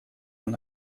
она